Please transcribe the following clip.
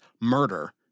murder